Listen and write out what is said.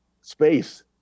space